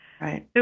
Right